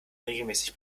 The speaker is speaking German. regelmäßig